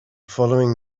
following